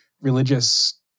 religious